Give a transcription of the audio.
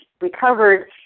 recovered